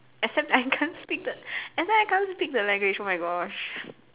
except I can't speak the except I can't speak the language oh my gosh